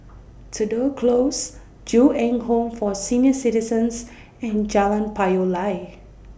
Tudor Close Ju Eng Home For Senior Citizens and Jalan Payoh Lai